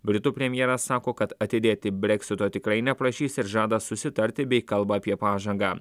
britų premjeras sako kad atidėti breksito tikrai neprašys ir žada susitarti bei kalba apie pažangą